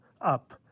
up